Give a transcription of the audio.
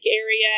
area